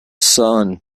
sun